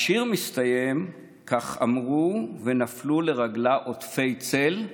השיר מסתיים: "כך יאמרו ונפלו לרגלה עוטפי צל /